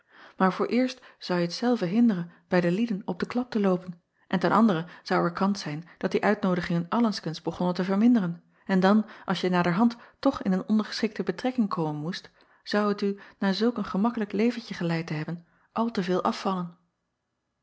aar vooreerst zou t je zelve hinderen bij de lieden op de klap te loopen en ten andere zou er kans zijn dat die uitnoodigingen allengskens begonnen te verminderen en dan als je naderhand toch in een ondergeschikte betrekking komen moest zou het u na zulk een gemakkelijk leventje geleid te hebben al te veel afvallen